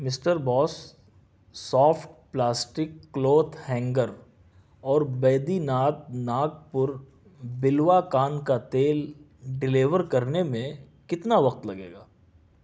mister boss soft plastic cloth hanger اور Baidyanath Nagpur بلوا کان کا تیل ڈیلیور کرنے میں کتنا وقت لگے گا